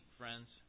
friends